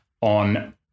on